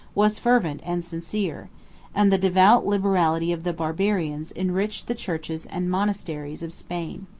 was fervent and sincere and the devout liberality of the barbarians enriched the churches and monasteries of spain.